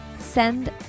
send